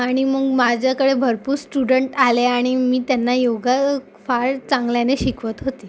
आणि मग माझ्याकडे भरपूर स्टुडंट आले आणि मी त्यांना योगा फार चांगल्याने शिकवत होती